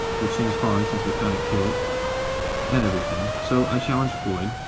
which seems hard since we kinda kill it at everything, so i challenge floyd,